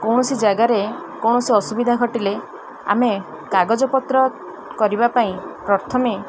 କୌଣସି ଜାଗାରେ କୌଣସି ଅସୁବିଧା ଘଟିଲେ ଆମେ କାଗଜପତ୍ର କରିବା ପାଇଁ ପ୍ରଥମେ